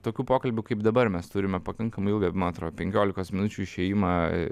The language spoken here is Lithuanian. tokių pokalbių kaip dabar mes turime pakankamai ilgą man atro penkiolikos minučių išėjimą